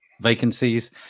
vacancies